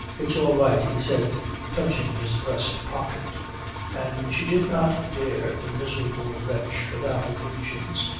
it's all right, he said touching his breast-pocket and she did not dare, the miserable wretch without illusions,